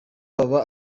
baba